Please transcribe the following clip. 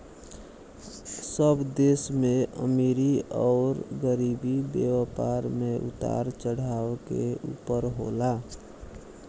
सब देश में अमीरी अउर गरीबी, व्यापार मे उतार चढ़ाव के ऊपर होला